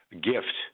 gift